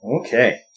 Okay